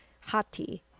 Hati